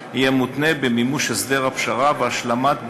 יהיה מותנה במימוש הסדר הפשרה והשלמת ביצועו.